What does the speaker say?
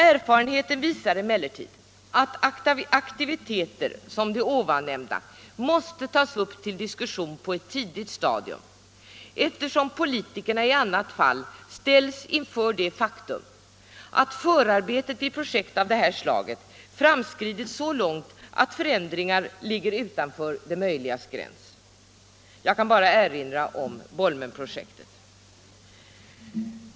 Erfarenheten visar emellertid att aktiviteter som de tidigare nämnda måste tas upp till diskussion på ett tidigt stadium, eftersom politikerna i annat fall ställs inför det faktum att förarbetet vid projekt av det här slaget framskridit så långt att förändringar ligger utanför det möjligas gräns. Jag kan bara erinra om Bolmenprojektet.